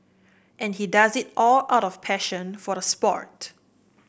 and he does it all out of passion for the sport